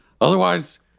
Otherwise